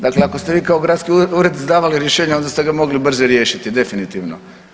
Dakle ako ste vi kao gradski ured izdavali rješenje, onda ste ga mogli brže riješiti definitivno.